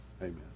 Amen